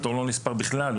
הפטור לא נספר בכלל,